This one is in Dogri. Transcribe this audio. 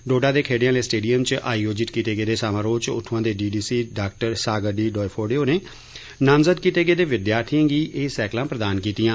डोडा दे खेडें आहले स्टेडियम च आयोजित कीते गेदे समारोह च उत्थुआं दे डीडीसी डाक्टर सागर डी डायफोडे होरें नामजद कीते गेदे विद्यार्थिएं गी एह् सैकलां प्रदान कीतियां